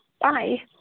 Bye